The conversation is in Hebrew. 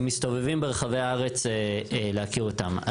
הם מסתובבים ברחבי הארץ להכיר אותם.